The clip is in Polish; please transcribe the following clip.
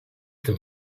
tym